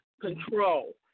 control